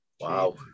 Wow